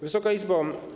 Wysoka Izbo!